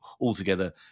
altogether